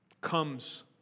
comes